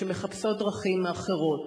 שמחפשות דרכים אחרות.